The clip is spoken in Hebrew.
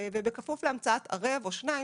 ובכפוף להמצאת ערב או שניים,